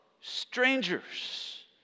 strangers